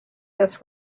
this